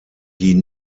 die